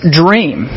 dream